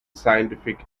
scientific